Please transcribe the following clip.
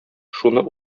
шуны